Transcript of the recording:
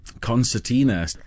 concertina